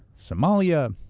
somalia,